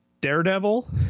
daredevil